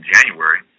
January